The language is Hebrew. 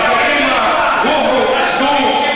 אז קדימה, רוחו, צאו,